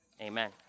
Amen